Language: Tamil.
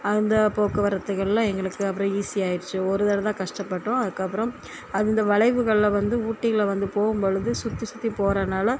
அந்த போக்குவரத்துகளெல்லாம் எங்களுக்கு அப்புறம் ஈஸி ஆகிடுச்சு ஒரு தடவை தான் கஷ்டப்பட்டோம் அதுக்கு அப்புறம் அந்த வளைவுகளில் வந்து ஊட்டிகளில் வந்து போகும் பொழுது சுற்றி சுற்றி போகிறதுனால